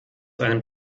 einem